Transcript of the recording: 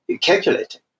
calculating